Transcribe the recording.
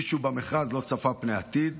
מישהו לא צפה פני עתיד,